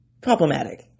problematic